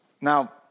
Now